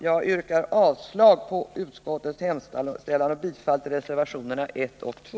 Jag yrkar bifall till reservationerna 1 och 2.